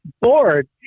bored